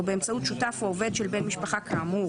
באמצעות שותף או עובד של בן משפחתו כאמור,